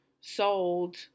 sold